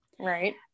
right